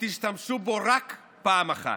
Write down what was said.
שתשתמשו בו רק פעם אחת.